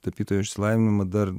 tapytojo išsilavinimą dar